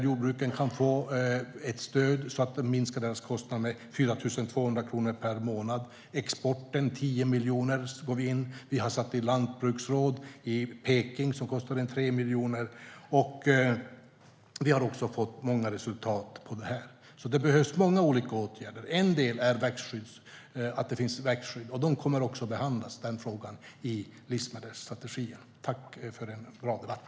Jord-brukarna kan få ett stöd så att kostnaderna minskar med 4 200 kronor per månad. Exporten har fått 10 miljoner. Regeringen har placerat ett lantbruksråd vid ambassaden i Peking till en kostnad av 3 miljoner. Det har blivit många resultat. Det behövs många olika åtgärder. En del är att det finns ett växtskydd, och den frågan kommer att behandlas i livsmedelsstrategin. Tack för en bra debatt!